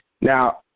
Now